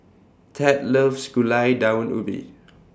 Tad loves Gulai Daun Ubi